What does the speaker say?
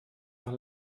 doch